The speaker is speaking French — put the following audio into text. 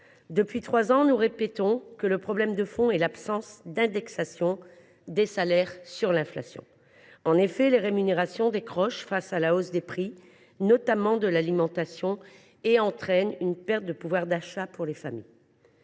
depuis trois ans, nous répétons que le problème de fond est l’absence d’indexation des salaires sur l’inflation. En effet, les rémunérations décrochent face à la hausse des prix, notamment ceux de l’alimentation, ce qui entraîne une perte de pouvoir d’achat pour les familles.